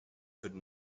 could